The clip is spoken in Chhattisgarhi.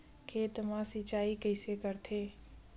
खेत मा सिंचाई कइसे करथे?